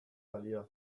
balio